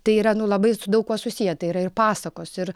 tai yra nu labai su daug kuo susiję tai yra ir pasakos ir